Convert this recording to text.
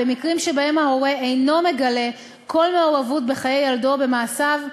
במקרים שבהם ההורה אינו מגלה כל מעורבות בחיי ילדו או במעשיו,